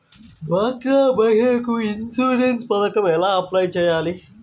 డ్వాక్రా మహిళలకు ఇన్సూరెన్స్ పథకం ఎలా అప్లై చెయ్యాలి?